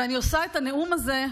ואני עושה את הנאום הזה,